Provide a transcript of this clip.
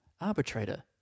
Arbitrator